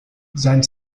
sein